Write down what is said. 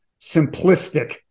simplistic